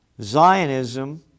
Zionism